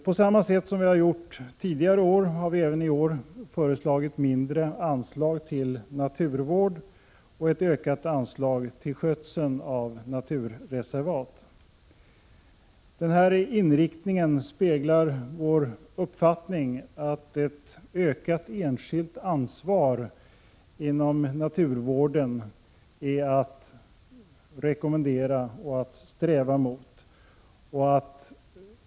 På samma sätt som vi gjort tidigare år har vi även i år föreslagit mindre anslag till naturvård och ett ökat anslag till skötseln av naturreservat. Denna inriktning speglar vår uppfattning att ett ökat enskilt ansvar inom naturvården är att rekommendera och att sträva mot.